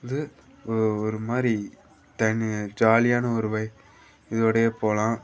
இது ஒ ஒரு மாதிரி தனி ஜாலியான ஒரு வைப் இதோடையே போகலாம்